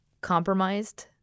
compromised